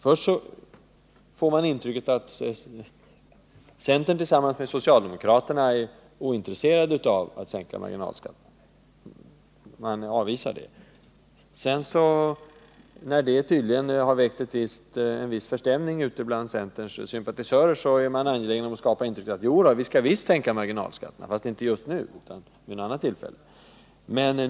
Först får man intrycket att centern tillsammans med socialdemokraterna är ointresserad av att sänka marginalskatterna — de avvisar det förslaget. Då detta tydligen har väckt viss förstämning bland centerns sympatisörer är man angelägen att skapa intrycket att centern visst vill sänka marginalskatterna, men inte just nu utan vid ett annat tillfälle.